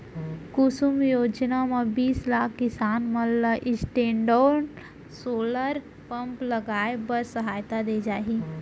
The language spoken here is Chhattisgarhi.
कुसुम योजना म बीस लाख किसान मन ल स्टैंडओन सोलर पंप लगाए बर सहायता दे जाही